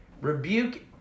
Rebuke